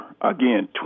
again